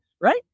right